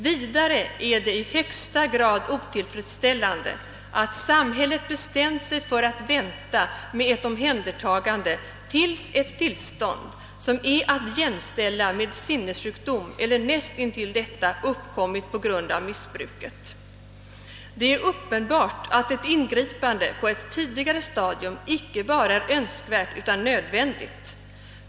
Vidare är det i högsta grad otillfredsställande, att samhället bestämt sig för att vänta med ett omhändertagande tills ett tillstånd som är att jämställa med sinnessjukdom eller näst intill detta uppkommit på grund av missbruket. Det är uppenbart, att ett ingripande på ett tidigare stadium icke bara är önskvärt utan nödvändigt.